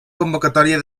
convocatòria